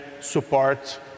support